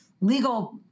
legal